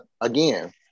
again